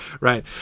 Right